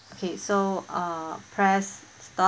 okay so uh press stop